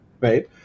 right